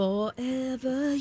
Forever